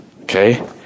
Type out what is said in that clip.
okay